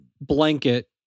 blanket